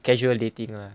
casual dating lah